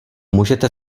můžete